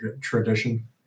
tradition